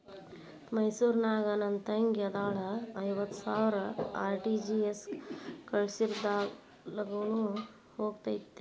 ಮೈಸೂರ್ ನಾಗ ನನ್ ತಂಗಿ ಅದಾಳ ಐವತ್ ಸಾವಿರ ಆರ್.ಟಿ.ಜಿ.ಎಸ್ ಕಳ್ಸಿದ್ರಾ ಲಗೂನ ಹೋಗತೈತ?